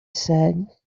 said